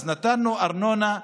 אז נתנו ארנונה,